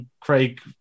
Craig